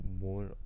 more